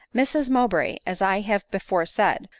mrs mowbray, as i have before said,